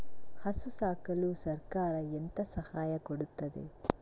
ಹಸು ಸಾಕಲು ಸರಕಾರ ಎಂತ ಸಹಾಯ ಕೊಡುತ್ತದೆ?